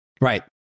Right